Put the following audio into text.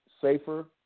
safer